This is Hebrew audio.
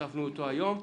הוספנו אותו היום,